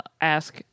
ask